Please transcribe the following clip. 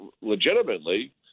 legitimately